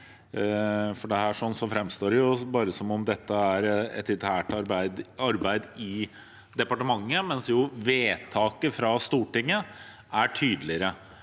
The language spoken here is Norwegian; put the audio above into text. framstår det bare som om dette er et internt arbeid i departementet, mens vedtaket fra Stortinget jo er tydeligere.